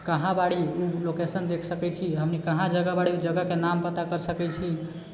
कहाँ बाड़ी ओ लोकेशन देखि सकैत छी हमनि कहाँ जगह बाड़ी ओ जगहके नाम पता कर सकैत छी